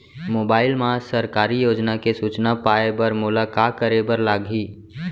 mobile मा सरकारी योजना के सूचना पाए बर मोला का करे बर लागही